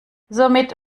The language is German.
somit